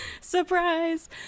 surprise